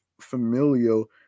familial